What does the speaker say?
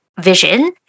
Vision